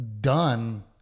done